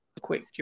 quick